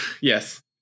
Yes